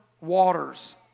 waters